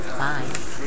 Bye